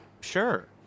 Sure